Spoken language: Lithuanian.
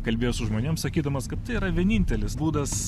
kalbėjo su žmonėm sakydamas kad tai yra vienintelis būdas